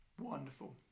wonderful